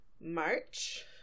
March